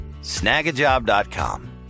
snagajob.com